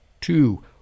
two